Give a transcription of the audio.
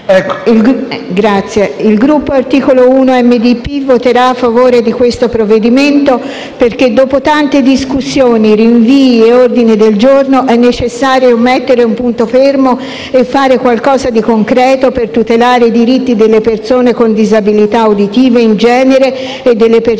il Gruppo Art. 1-MDP voterà a favore di questo provvedimento, perché dopo tante discussioni, rinvii e ordini del giorno, è necessario mettere un punto fermo e fare qualcosa di concreto per tutelare i diritti delle persone con disabilità uditive in genere e delle persone sordocieche,